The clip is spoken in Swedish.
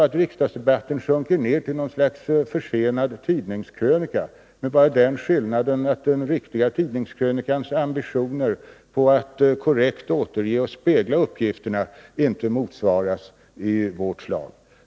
Riksdagsdebatten sjunker då ner till något slags försenad tidningskrönika med bara den skillnaden att den riktiga tidningskrönikans ambitioner att på ett korrekt sätt återge och spegla uppgifterna inte har någon motsvarighet här hos oss.